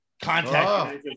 Contact